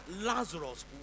Lazarus